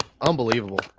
Unbelievable